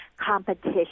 competition